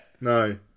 No